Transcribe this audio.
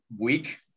week